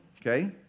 okay